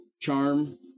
charm